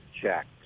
checked